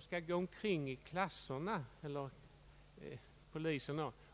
— skall gå omkring i klasserna